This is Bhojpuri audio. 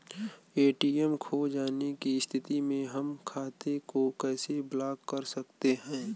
ए.टी.एम खो जाने की स्थिति में हम खाते को कैसे ब्लॉक कर सकते हैं?